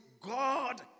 God